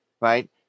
right